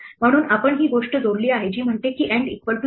म्हणून आपण ही गोष्ट जोडली आहे जी म्हणते की end equal to space